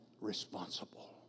responsible